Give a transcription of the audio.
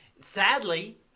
Sadly